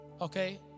okay